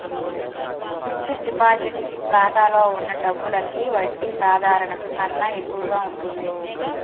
fixed deposit ఖాతాలో ఉన్న డబ్బులకి వడ్డీ సాధారణం కన్నా ఎక్కువగా ఉంటుంది